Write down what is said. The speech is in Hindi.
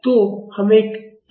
तो हम एक यांत्रिक मॉडल बनाएंगे